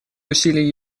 усилий